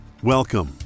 Welcome